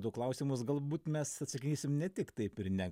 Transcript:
du klausimus galbūt mes atsakysim ne tik taip ir ne